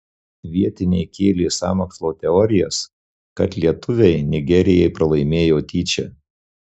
vietiniai kėlė sąmokslo teorijas kad lietuviai nigerijai pralaimėjo tyčia